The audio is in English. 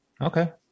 okay